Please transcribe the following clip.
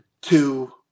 two